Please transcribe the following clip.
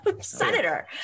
senator